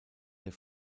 der